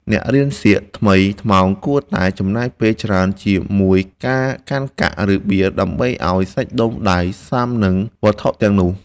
អ្នករៀនសៀកថ្មីថ្មោងគួរតែចំណាយពេលច្រើនជាមួយការកាន់កាក់ ឬ បៀ ដើម្បីឱ្យសាច់ដុំដៃស៊ាំទៅនឹងវត្ថុទាំងនោះ។